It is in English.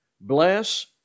Bless